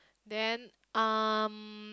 then um